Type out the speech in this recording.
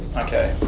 ok.